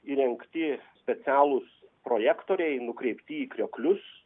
įrengti specialūs projektoriai nukreipti į krioklius